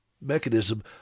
mechanism